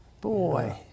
Boy